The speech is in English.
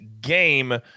game